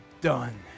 done